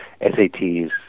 SATs